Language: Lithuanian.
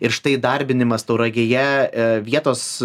ir štai įdarbinimas tauragėje vietos